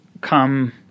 come